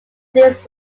these